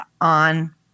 on